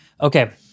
Okay